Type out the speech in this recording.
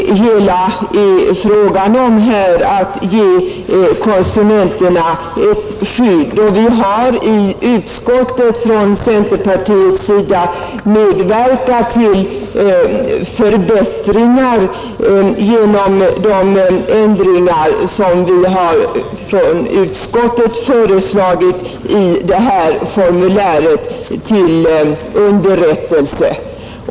Och jag vill understryka det jag sagt tidigare att om köparen inte håller godset tillgängligt för säljaren förfaller hans rätt att frånträda avtalet. I utskottet har också centerpartiet medverkat till förbättringar genom de ändringar som vi föreslagit i formuläret till underrättelse.